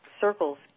circles